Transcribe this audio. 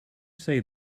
say